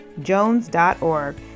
jones.org